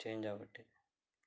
change ಆಗಿಬಿಟ್ಟಿದೆ